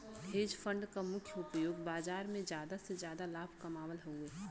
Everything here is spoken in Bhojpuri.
हेज फण्ड क मुख्य उपयोग बाजार में जादा से जादा लाभ कमावल हउवे